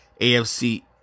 AFC